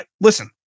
listen